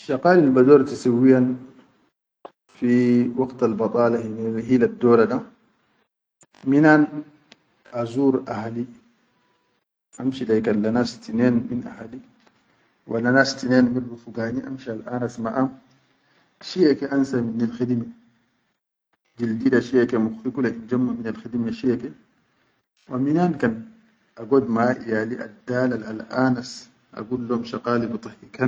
Shaqalil bador tisawwiyan fi waqtal badala hilal dora da, minnan azur ahli, amshi kan le nas tinen min ahali, walla nas tinen min rufugani amshi alʼanas mahum, shiyake ansa minne khidime jildi shiyake mukhti kula injamma minnal khidime shiyake wa minnan kan a god maʼa iyali adalal alʼanas agullom shaqalil bi dahhik.